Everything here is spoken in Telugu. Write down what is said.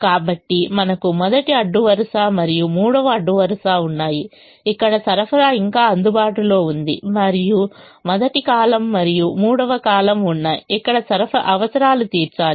కాబట్టి మనకు మొదటి అడ్డు వరుస మరియు మూడవ అడ్డు వరుస ఉన్నాయి ఇక్కడ సరఫరా ఇంకా అందుబాటులో ఉంది మరియు మొదటి కాలమ్ మరియు మూడవ కాలమ్ ఉన్నాయి ఇక్కడ అవసరాలు తీర్చాలి